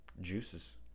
juices